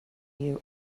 you